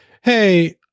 Hey